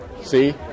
See